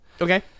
Okay